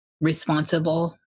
responsible